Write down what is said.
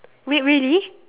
wait really